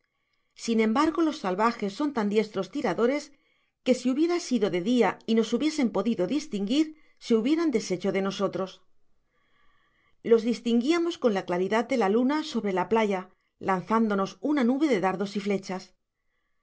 si embargo los salvajes son tan diestros tiradores que si hubiera sido de dia y nos hubiesen podido distinguir se hubieran deshecho de nosotros los distinguiamos con la claridad de la luna sobre la playa lanzándonos una nube de dardos y flechas